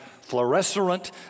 fluorescent